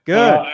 Good